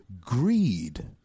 Greed